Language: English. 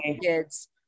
kids